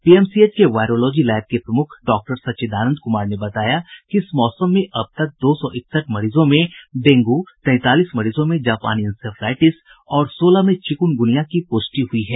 PMCH के virology lab के प्रमुख डॉक्टर सच्चिदानंद कुमार ने बताया कि इस मौसम में अब तक दो सौ इकसठ मरीजों में डेंगू तैंतालीस मरीजों में जापानी इंसेफलाइटिस और सोलह में चिकुनगुनिया की पुष्टि हुयी है